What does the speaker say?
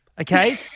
okay